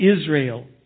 Israel